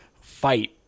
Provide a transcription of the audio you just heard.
fight